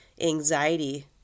anxiety